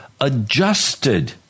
adjusted